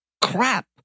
crap